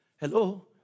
Hello